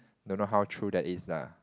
don't know how true that is lah